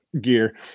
gear